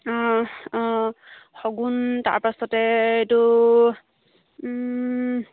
অঁ অঁ শগুন তাৰ পাছতে এইটো